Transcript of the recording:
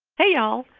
hey y'all,